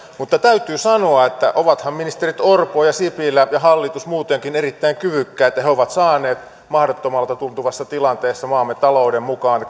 mutta täytyy sanoa että ovathan ministerit orpo ja sipilä ja hallitus muutenkin erittäin kyvykkäitä he ovat saaneet mahdottomalta tuntuvassa tilanteessa maamme talouden mukaan